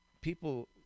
people